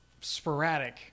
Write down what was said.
sporadic